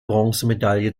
bronzemedaille